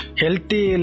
healthy